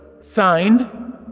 Signed